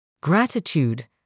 Gratitude